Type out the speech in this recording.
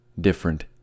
different